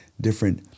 different